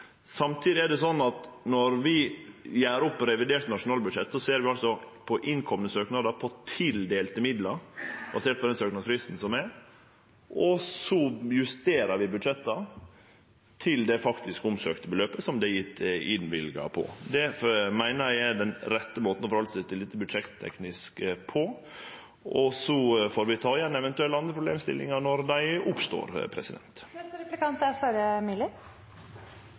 Samtidig er det slik at når vi gjer opp revidert nasjonalbudsjett, ser vi på innkomne søknader, på tildelte midlar basert på søknadsfristen, og så justerer vi budsjetta til det faktiske beløpet det er søkt om, og som er løyvd. Det meiner eg er den rette måten å halde seg til dette på budsjetteknisk, og så får vi ta andre problemstillingar når dei